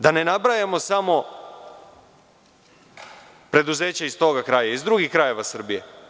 Da ne nabrajamo samo preduzeća iz tog kraja, ima i drugih krajeva u Srbiji.